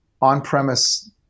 on-premise